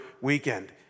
weekend